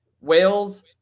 Wales